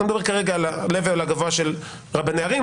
אני מדבר כרגע על הלבל הגבוה של רבני ערים,